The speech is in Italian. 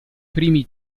primi